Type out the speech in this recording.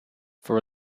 for